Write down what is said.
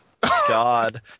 god